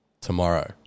Tomorrow